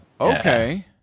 okay